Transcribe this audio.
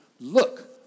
Look